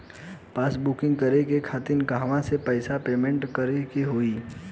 Gas booking करे के खातिर कहवा से पैसा पेमेंट करे के होई?